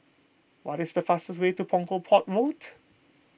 what is the fastest way to Punggol Port Road